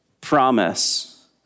promise